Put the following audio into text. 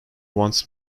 wants